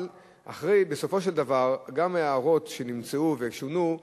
אבל בסופו של דבר, גם הערות שנמצאו ושונו,